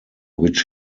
which